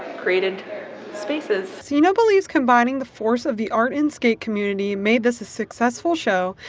created spaces. seno believes combining the force of the art and skate community made this a successful show,